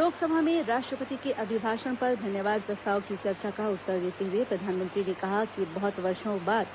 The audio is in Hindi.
लोकसभा में राष्ट्रपति के अभिभाषण पर धन्यवाद प्रस्ताव की चर्चा का उत्तर देते हुए प्रधानमंत्री ने कहा कि बहुत वर्षो बाद